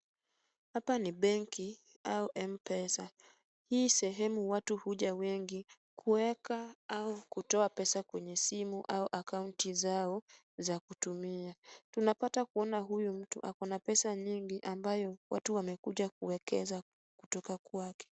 Hapa ni benki au Mpesa. Hii sehemu watu huja wengi kuweka au kutoa pesa kwenye simu au akaunti zao za kutumia. Tunapata kuona huyu mtu akona pesa nyingi ambayo watu wamekuja kuwekeza kutoka kwake.